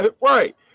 right